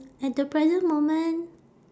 at the present moment